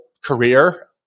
career